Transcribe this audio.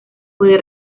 puede